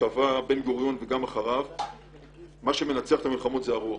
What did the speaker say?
שטבע הבן גוריון וגם אחריו שמה שמנצח מלחמות זה הרוח,